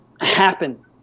happen